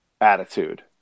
attitude